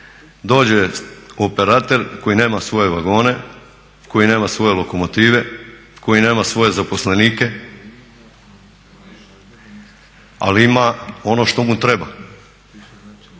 dođe operater koji nema svoje vagone, koji nema svoje lokomotive, koji nema svoje zaposlenike ali ima ono što mu treba,